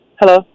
Hello